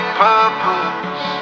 purpose